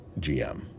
GM